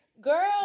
Girl